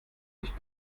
nicht